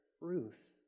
Ruth